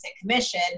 commission